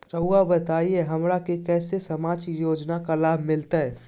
रहुआ बताइए हमरा के कैसे सामाजिक योजना का लाभ मिलते?